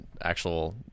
actual